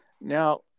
Now